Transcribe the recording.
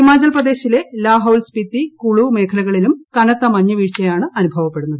ഹിമാചൽപ്രദേശിലെ ലാഹൌൽ സ്പിത്തി കുളു മേഖലകളിലും കനത്ത മഞ്ഞു വീഴ്ചയാണ് അനുഭവപ്പെടുന്നത്